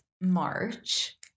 March